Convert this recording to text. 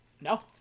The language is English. No